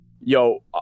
Yo